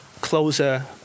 closer